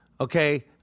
okay